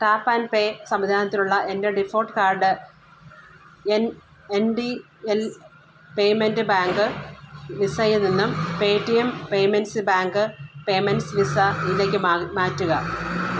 tap and pay സംവിധാനത്തിലുള്ള എൻ്റെ default card N N D L payment bank വിസയിൽ നിന്നും പേടിഎം പേയ്മെൻറ്സ് ബാങ്ക് സ് വിസയിലേക്ക് മാറ്റുക